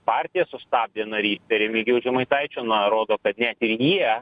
partija sustabdė narystę remigijaus žemaitaičio na rodo kad net ir jie